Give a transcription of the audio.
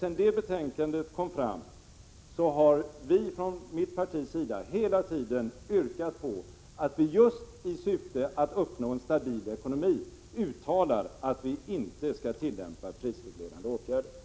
Sedan det betänkandet framlades har vi från mitt parti hela tiden yrkat på att vi just i syfte att uppnå en stabil ekonomi inte skall tillämpa prisreglerande åtgärder.